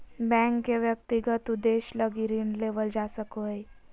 bank से व्यक्तिगत उद्देश्य लगी ऋण लेवल जा सको हइ